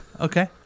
Okay